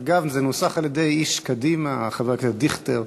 אגב, זה נוסח על-ידי איש קדימה, חבר הכנסת דיכטר.